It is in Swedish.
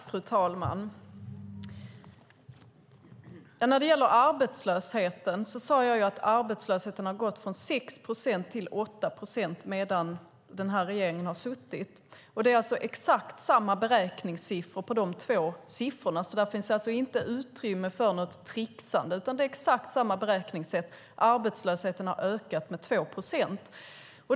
Fru talman! När det gäller arbetslösheten sade jag att den har gått från 6 procent till 8 procent medan denna regering har suttit. Det är alltså exakt samma beräkningssätt för dessa två siffror, så det finns inte utrymme för något tricksande. Det är exakt samma beräkningssätt - arbetslösheten har ökat med 2 procent.